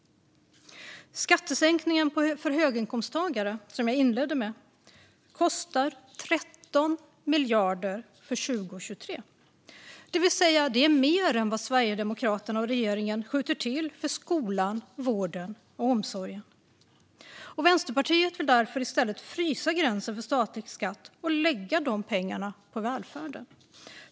Skattesänkningen för höginkomsttagare, som jag inledde med, kostar 13 miljarder kronor för 2023. Det är alltså mer än vad Sverigedemokraterna och regeringen skjuter till för skolan, vården och omsorgen. Vänsterpartiet vill därför i stället frysa gränsen för statlig skatt och lägga dessa pengar på välfärden.